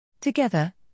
Together